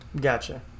gotcha